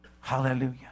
Hallelujah